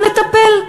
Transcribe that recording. נטפל.